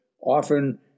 often